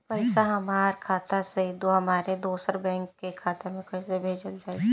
पैसा हमरा खाता से हमारे दोसर बैंक के खाता मे कैसे भेजल जायी?